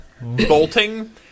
bolting